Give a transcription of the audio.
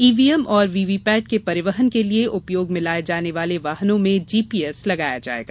ई VM एवं VVPAT के परिवहन के लिएउपयोग में लाये जाने वाले वाहनों में जीपीएस लगाया जायेगा